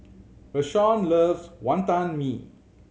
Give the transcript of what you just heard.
Rashawn loves Wantan Mee